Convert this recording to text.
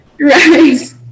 right